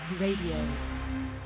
Radio